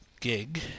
gig